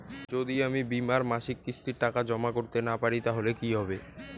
যদি আমি বীমার মাসিক কিস্তির টাকা জমা করতে না পারি তাহলে কি হবে?